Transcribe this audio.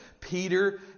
Peter